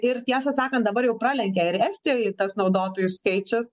ir tiesą sakant dabar jau pralenkė ir estijoj tas naudotojų skaičius